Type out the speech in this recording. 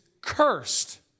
cursed